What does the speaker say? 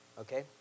okay